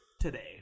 today